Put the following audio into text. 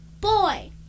Boy